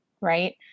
right